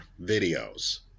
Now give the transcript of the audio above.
videos